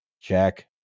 Check